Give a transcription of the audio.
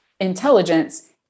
intelligence